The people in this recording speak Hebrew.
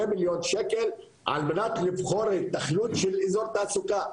מיליון ₪ על מנת לבחון התכנות של אזור תעסוקה,